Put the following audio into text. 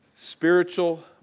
Spiritual